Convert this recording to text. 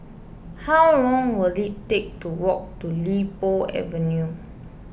how long will it take to walk to Li Po Avenue